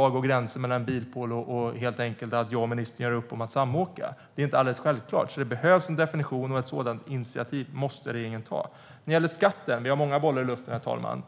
Var går gränsen mellan en bilpool och att jag och ministern helt enkelt gör upp om att samåka? Det är inte alldeles självklart. Det behövs en definition. Regeringen måste ta ett sådant initiativ. Herr talman! Vi har många bollar i luften. När det gäller